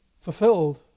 fulfilled